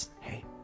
hey